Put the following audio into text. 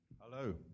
Hello